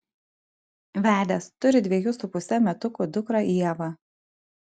vedęs turi dviejų su puse metukų dukrą ievą